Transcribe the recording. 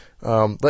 let